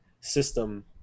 system